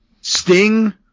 Sting